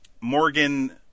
Morgan –